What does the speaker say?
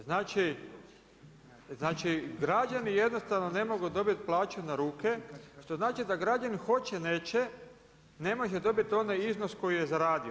Znači građani jednostavno ne mogu dobiti plaću na ruke, što znači da građani hoće neće, ne može dobiti onda iznos koji je zaradio.